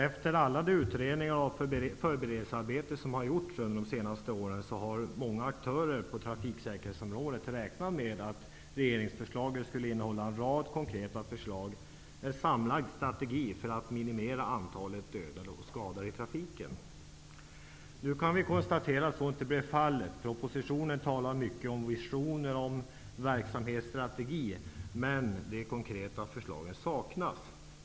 Efter alla utredningar och allt förberedelsearbete som har gjorts under de senaste åren, har många aktörer på trafiksäkerhetsområdet räknat med att regeringsförslaget skulle innehålla en rad konkreta förslag och en samlad strategi för att minimera antalet döda och skadade i trafiken. Nu kan vi konstatera att så inte blev fallet. I propositionen talas det mycket om visioner och om verksamhetsstrategi. Men de konkreta förslagen saknas.